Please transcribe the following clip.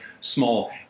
small